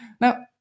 Now